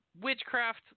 witchcraft